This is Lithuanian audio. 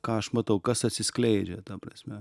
ką aš matau kas atsiskleidžia ta prasme